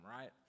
right